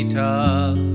tough